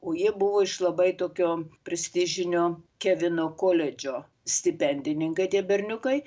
o jie buvo iš labai tokio prestižinio kevino koledžo stipendininkai tie berniukai